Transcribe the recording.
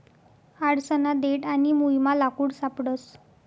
आडसना देठ आणि मुयमा लाकूड सापडस